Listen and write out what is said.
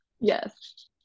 yes